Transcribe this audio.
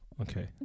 Okay